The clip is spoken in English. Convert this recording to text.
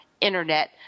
internet